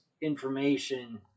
information